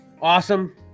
Awesome